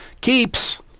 Keeps